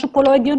משהו פה לא הגיוני.